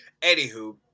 Anywho